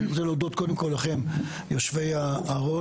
ואני רוצה להודות קודם כל לכם יושבי הראש